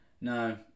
no